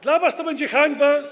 Dla was to będzie hańba.